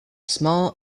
small